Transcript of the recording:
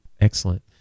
Excellent